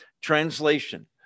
Translation